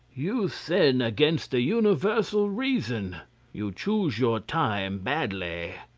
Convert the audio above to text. you sin against the universal reason you choose your time badly.